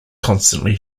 constantly